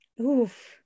oof